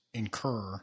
incur